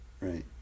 Right